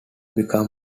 becomes